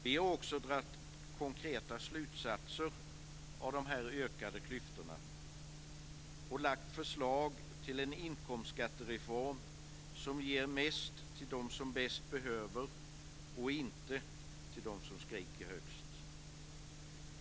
Vi har också dragit konkreta slutsatser av de ökade klyftorna och lagt fram förslag om en inkomstskattereform som ger mest till dem som bäst behöver och inte till dem som skriker högst.